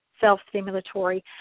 self-stimulatory